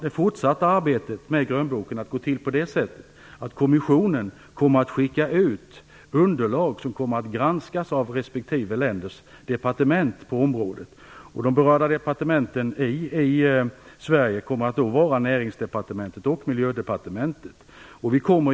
Det fortsatta arbetet med grönboken kommer att gå till så att kommissionen skickar ut underlag som granskas av respektive länders departement på området. De berörda departementen i Sverige kommer att vara Näringsdepartementet och Miljödepartementet.